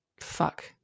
Fuck